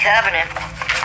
Covenant